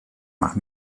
mag